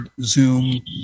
Zoom